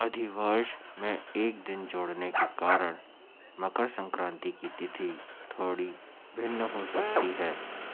अधिवर्ष में एक दिन जोड़ने के कारण मकर संक्रांति की तिथि थोड़ी भिन्न हो सकती है